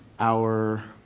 our